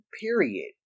period